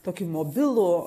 tokį mobilų